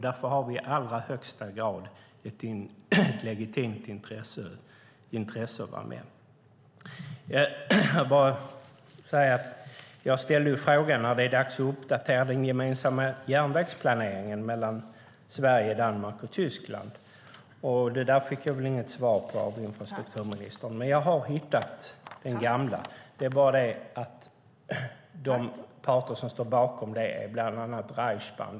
Därför har vi i allra högsta grad ett legitimt intresse av att vara med. Jag ställde även frågan om när det är dags att uppdatera Sveriges, Danmarks och Tysklands gemensamma järnvägsplanering. Det fick jag inget svar på av infrastrukturministern. Jag har hittat den gamla. Det är bara det att de parter som står bakom den är bland annat Reichsbahn.